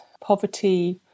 poverty